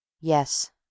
Yes